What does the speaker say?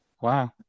Wow